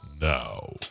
now